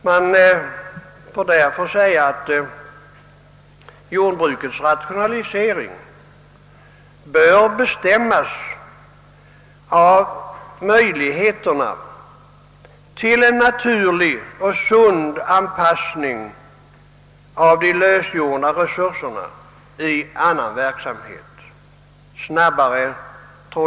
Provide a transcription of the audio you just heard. Man måste därför säga att jordbrukets rationalisering bör bestämmas av möjligheterna till en naturlig och sund anpassning av de lösgjorda resurserna i annan verksamhet.